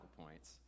points